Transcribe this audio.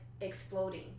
exploding